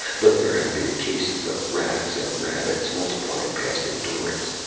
but there have been cases of rats and rabbits multiplying past endurance.